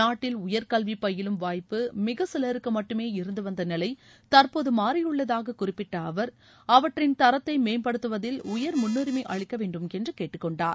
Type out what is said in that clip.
நாட்டில் உயர்கல்வி பயிலும் வாய்ப்பு மிகச்சிலருக்கு மட்டுமே இருந்துவந்த நிலை தற்போது மாறியுள்ளதாக குறிப்பிட்ட அவர் அவற்றின் தரத்தை மேம்படுத்துவதில் உயர் முன்னுரினம அளிக்கவேண்டும் என்று கேட்டுக்கொண்டார்